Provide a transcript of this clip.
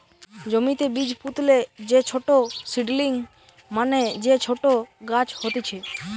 জমিতে বীজ পুতলে যে ছোট সীডলিং মানে যে ছোট গাছ হতিছে